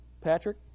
Patrick